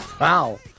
Wow